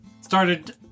started